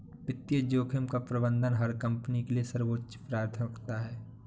वित्तीय जोखिम का प्रबंधन हर कंपनी के लिए सर्वोच्च प्राथमिकता है